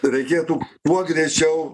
reikėtų kuo greičiau